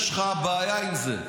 יש לך בעיה עם זה.